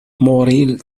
موريل